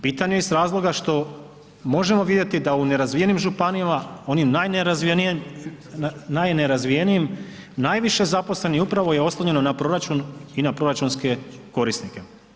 Bitan je iz razloga što možemo vidjeti da u nerazvijenim županijama oni najnerazvijenijim najviše zaposlenih upravo je oslonjeno na proračun i na proračunske korisnike.